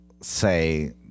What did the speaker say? say